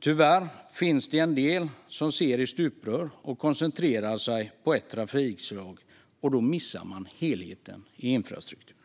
Tyvärr finns det en del som ser i stuprör och koncentrerar sig på ett trafikslag. Då missar man helheten i infrastrukturen.